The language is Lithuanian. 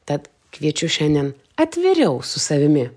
tad kviečiu šiandien atviriau su savimi